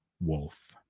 Wolf